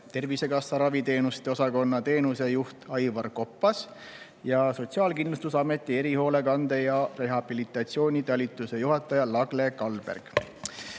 Tervisekassa raviteenuste osakonna teenusejuht Aivar Koppas ja Sotsiaalkindlustusameti erihoolekande ja rehabilitatsiooni talituse juhataja Lagle Kalberg. Nii